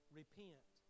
repent